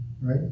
right